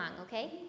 Okay